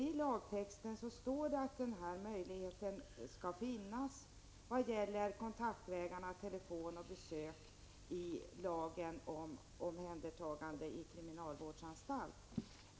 I lagen om omhändertagande i kriminalvårdsanstalt står det att dessa kontaktmöjligheter genom telefon och besök skall finnas.